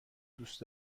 دوست